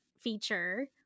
feature